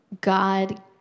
God